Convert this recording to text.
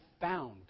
found